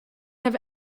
have